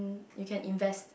you can invest